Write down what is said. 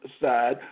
side